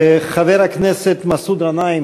חבר הכנסת מסעוד גנאים,